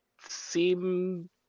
seem